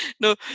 No